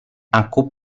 aku